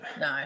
No